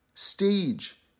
stage